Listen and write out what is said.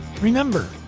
Remember